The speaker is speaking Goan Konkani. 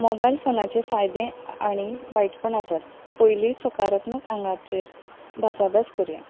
मोबायल फोनाचे फायदे आनी वायटपण आसात पयलीं सकारात्मक आंगाचेर भासाभास करया